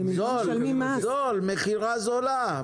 זה זול, מכירה זולה.